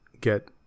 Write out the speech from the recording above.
get